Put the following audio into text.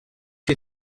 you